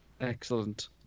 Excellent